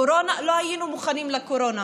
לא היינו מוכנים לקורונה,